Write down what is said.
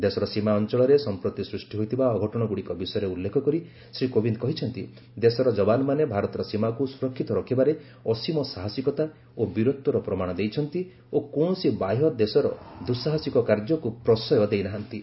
ଦେଶର ସୀମା ଅଞ୍ଚଳରେ ସମ୍ପ୍ରତି ସୃଷ୍ଟି ହୋଇଥିବା ଅଘଟଣଗୁଡ଼ିକ ବିଷୟରେ ଉଲ୍ଲେଖ କରି ଶ୍ରୀ କୋବିନ୍ଦ କହିଛନ୍ତି ଦେଶର ଯବାନମାନେ ଭାରତର ସୀମାକୁ ସୁରକ୍ଷିତ ରଖିବାରେ ଅସୀମ ସାହସିକତା ଓ ବୀରତ୍ୱର ପ୍ରମାଣ ଦେଇଛନ୍ତି ଓ କୌଣସି ବାହ୍ୟ ଦେଶର ଦୁଃସାହସିକ କାର୍ଯ୍ୟକୁ ପ୍ରଶ୍ରୟ ଦେଇନାହାନ୍ତି